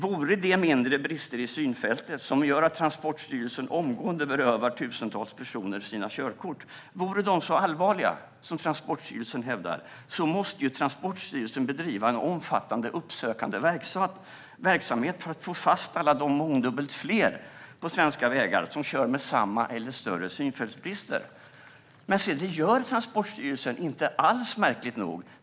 Vore de mindre brister i synfältet, som gör att Transportstyrelsen omgående berövar tusentals personer sina körkort, så allvarliga som Transportstyrelsen hävdar måste ju Transportstyrelsen bedriva en omfattande uppsökande verksamhet för att få fast alla de mångdubbelt fler på svenska vägar som kör med samma eller större synfältsbrister. Men se, det gör Transportstyrelsen inte alls, märkligt nog.